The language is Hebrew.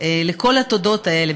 לכל התודות האלה,